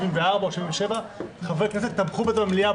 74 או 77 חברי כנסת תמכו בה במליאה,